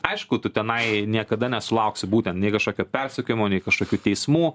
aišku tu tenai niekada nesulauksi būtent nei kažkokio persekiojimo nei kažkokių teismų